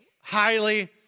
Highly